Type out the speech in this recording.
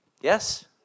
Yes